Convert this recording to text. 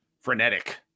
frenetic